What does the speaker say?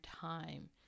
time